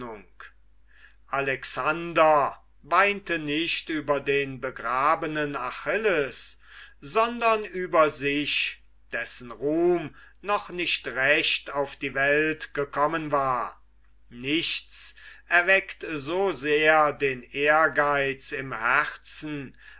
alexander weinte nicht über den begrabenen achilles sondern über sich dessen ruhm noch nicht recht auf die welt gekommen war nichts erweckt so sehr den ehrgeiz im herzen